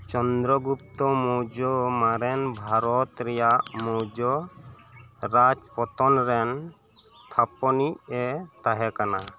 ᱪᱚᱱᱫᱨᱚ ᱜᱩᱯᱛᱚ ᱢᱳᱨᱡᱚ ᱢᱟᱨᱮᱱ ᱵᱷᱟᱨᱚᱛ ᱨᱮᱭᱟᱜ ᱢᱳᱨᱡᱚ ᱨᱟᱡᱽ ᱯᱚᱛᱚᱱ ᱨᱮᱱ ᱛᱷᱟᱯᱚᱱᱤᱡᱼᱮ ᱛᱟᱦᱮᱸ ᱠᱟᱱᱟ